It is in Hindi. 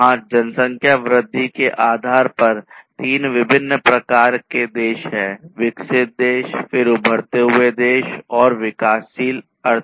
वहाँ जनसंख्या वृद्धि के आधार पर तीन विभिन्न प्रकार के देश हैं विकसित देश फिर उभरते हुए देश और विकासशील अर्थव्यवस्थाएँ